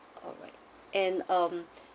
alright and um